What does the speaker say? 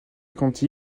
conti